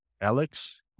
Alex